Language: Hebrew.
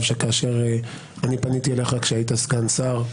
והוא שכאשר אני פניתי אליך עת היית סגן שר,